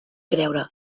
creure